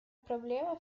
проблема